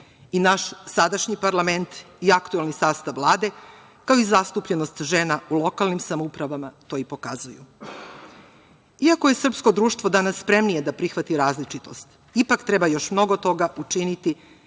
Naš sadašnji parlament i aktuelni sastav Vlade, kao i zastupljenost žena u lokalnim samoupravama to i pokazuju. Iako je srpsko društvo danas spremnije da prihvati različitost, ipak treba još mnogo toga učiniti